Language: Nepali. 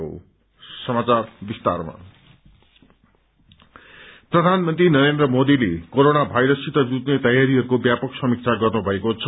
कोरोना रिम्यू प्रधानमन्त्री नरेन्द्र मोदीले कोरोना भाइरससित जुझ्ने जयारीहरूको व्यापक समीक्षा गर्नुभएको छ